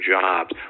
jobs